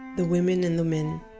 the women and the men,